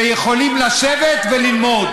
שיכולים לשבת וללמוד.